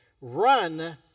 run